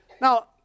Now